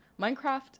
Minecraft